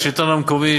השלטון המקומי,